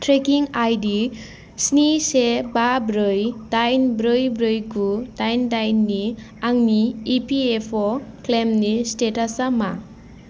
trekking I D स्नि से बा ब्रै दाइन ब्रै ब्रै गु दाइन दाइन नि आंनि इ पि एफ अ क्लेइमनि स्टेटासा मा